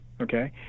okay